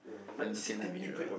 and look in the mirror